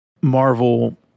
Marvel